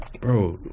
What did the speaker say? bro